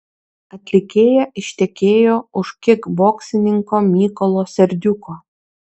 atlikėja ištekėjo už kikboksininko mykolo serdiuko